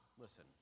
listen